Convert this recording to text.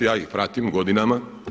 Ja ih pratim godinama.